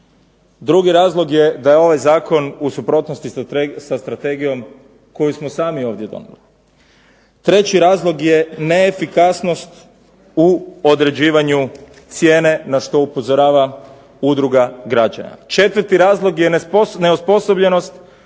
Drugi razlog je da je ovaj zakon u suprotnosti sa strategijom koju smo sami ovdje donijeli. Treći razlog je neefikasnost u određivanju cijene na što upozorava udruga građana. Četvrti razlog je neosposobljenost jedinica